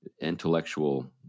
intellectual